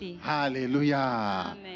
Hallelujah